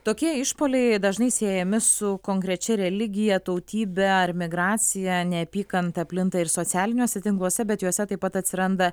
tokie išpuoliai dažnai siejami su konkrečia religija tautybe ar migracija neapykanta plinta ir socialiniuose tinkluose bet juose taip pat atsiranda